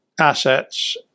assets